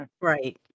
right